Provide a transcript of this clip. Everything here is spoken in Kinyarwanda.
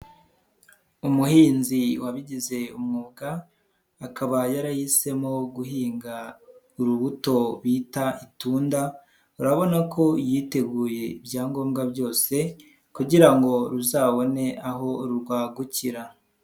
Umuhinzi wabigize umwuga akaba yarahisemo guhinga urubuto bita itunda, urabona ko yiteguye ibyangombwa byose kugira ngo ruzabone aho rwagukira.